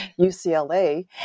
UCLA